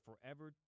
forever